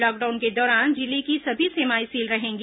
lockdown के दौरान जिले की सभी सीमाएं सील रहेंगी